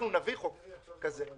נביא חוק כזה.